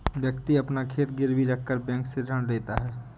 व्यक्ति अपना खेत गिरवी रखकर बैंक से ऋण लेता है